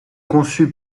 conçue